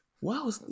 Wow